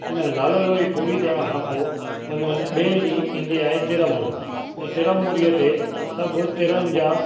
हुन जा लाल लोई पूरी थियण खां पोइ हुननि ॿिए ॾींहुं ईंदी आहे तिरमूरी हुन तिरमूरीअ ते सभु तिरनि जा